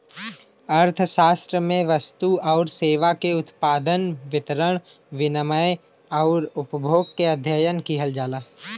अर्थशास्त्र में वस्तु आउर सेवा के उत्पादन, वितरण, विनिमय आउर उपभोग क अध्ययन किहल जाला